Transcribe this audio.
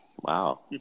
Wow